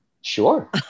Sure